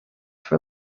for